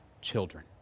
children